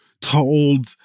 told